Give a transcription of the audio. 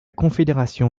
confédération